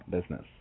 business